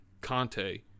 Conte